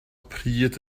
pryd